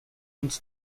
uns